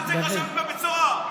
אתה צריך לשבת בבית סוהר.